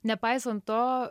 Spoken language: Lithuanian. nepaisant to